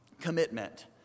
Commitment